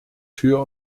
tür